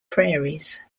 prairies